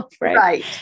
Right